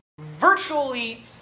virtually